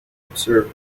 observe